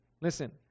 Listen